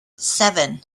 seven